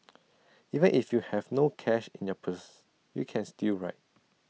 even if you have no cash in your purse you can still ride